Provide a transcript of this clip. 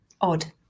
odd